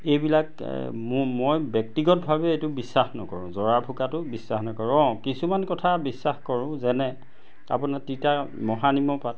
এইবিলাক মই ব্যক্তিগতভাৱে এইটো বিশ্বাস নকৰোঁ জৰা ফুকাটো বিশ্বাস নকৰোঁ অঁ কিছুমান কথা বিশ্বাস কৰোঁ যেনে আপোনাৰ তিতা মহানিমৰ পাত